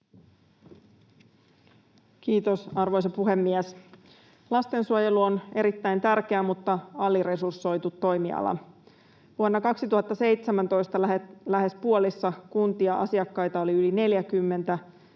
Kiitos, arvoisa puhemies! Lastensuojelu on erittäin tärkeä mutta aliresursoitu toimiala. Vuonna 2017 lähes puolessa kuntia asiakkaita oli yli 40,